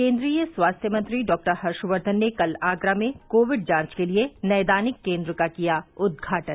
केन्द्रीय स्वास्थ्य मंत्री डॉ हर्षकर्धन ने कल आगरा में कोविड जांच के लिए नैदानिक केंद्र का किया उदघाटन